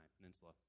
Peninsula